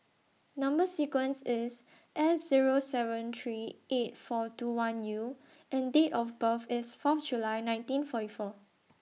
Number sequence IS S Zero seven three eight four two one U and Date of birth IS Fourth July nineteen forty four